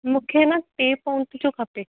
मूंखे न टे पाऊंड जो खपे